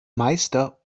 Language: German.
meister